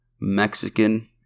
Mexican